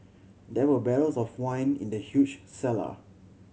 there were barrels of wine in the huge cellar